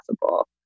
possible